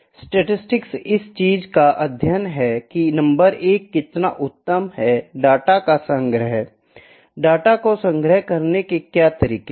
statistics इस चीज का अध्ययन है की नंबर 1 कितना उत्तम है डाटा का संग्रह I डाटा को संग्रह करने के क्या तरीके हैं